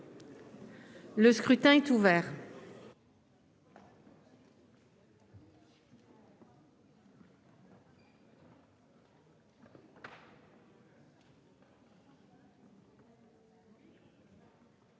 Le scrutin est ouvert.